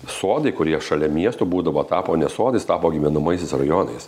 sodai kurie šalia miesto būdavo tapo ne sodais tapo gyvenamaisiais rajonais